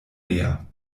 meer